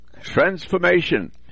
transformation